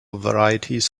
varieties